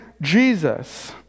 Jesus